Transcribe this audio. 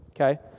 okay